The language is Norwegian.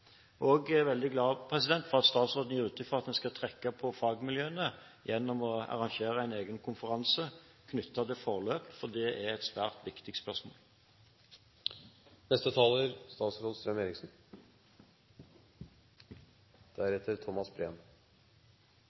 er veldig glad for at statsråden gir uttrykk for en skal trekke på fagmiljøene gjennom å arrangere en egen konferanse knyttet til forløp, for det er et svært viktig spørsmål.